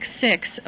six